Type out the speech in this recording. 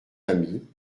amis